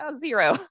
zero